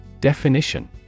Definition